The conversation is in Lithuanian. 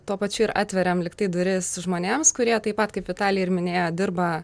tuo pačiu ir atveriam lygtai duris žmonėms kurie taip pat kaip vitalija ir minėjo dirba